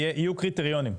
יהיו קריטריונים.